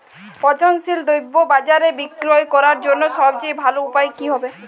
পচনশীল দ্রব্য বাজারে বিক্রয় করার জন্য সবচেয়ে ভালো উপায় কি হবে?